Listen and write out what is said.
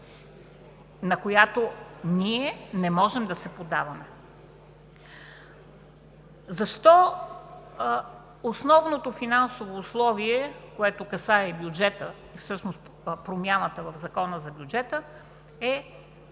на която ние не можем да се поддаваме. Защо основното финансово условие, което касае и бюджета, всъщност промяната в Закона за бюджета, е